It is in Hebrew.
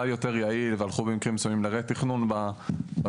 יותר יעיל והלכו במקרים מסוימים לרה-תכנון במתחמים,